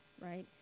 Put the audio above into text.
right